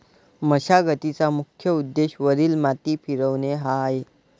मशागतीचा मुख्य उद्देश वरील माती फिरवणे हा आहे